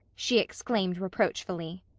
she exclaimed reproachfully.